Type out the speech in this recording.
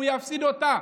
הוא יפסיד אותה.